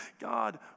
God